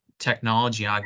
technology